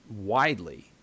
widely